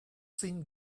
seen